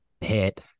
hit